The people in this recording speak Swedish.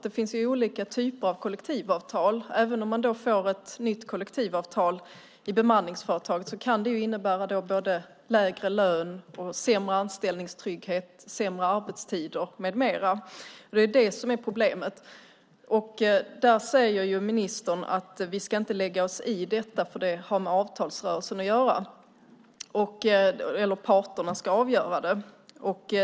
Det finns ju olika typer av kollektivavtal, och även om man får ett nytt kollektivavtal i bemanningsföretaget kan det innebära både lägre lön, sämre anställningstrygghet, sämre arbetstider med mera. Det är det som är problemet. Ministern säger att vi inte ska lägga oss i detta, för det har med avtalsrörelsen att göra, och parterna ska avgöra det.